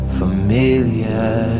familiar